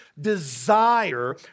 desire